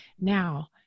Now